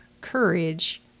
courage